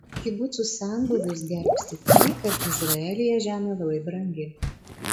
kibucų senbuvius gelbsti tai kad izraelyje žemė labai brangi